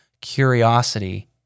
curiosity